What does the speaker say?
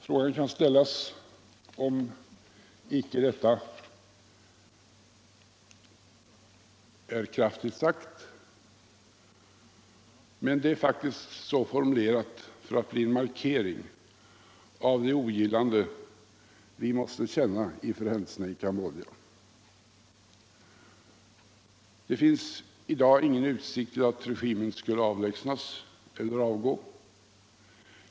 Frågan kan ställas om icke detta är ett väl kraftigt uttalande, men det är faktiskt så formulerat för att bli en markering av det ogillande vi måste känna inför händelserna i Cambodja. Det finns i dag ingen utsikt att regimen skulle avlägsnas eller avgå.